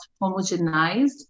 homogenized